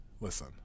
listen